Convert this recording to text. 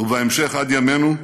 ובהמשך, עד ימינו,